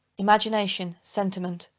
imagination, sentiment,